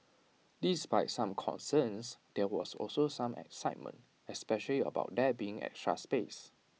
despite some concerns there was also some excitement especially about there being extra space